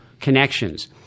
connections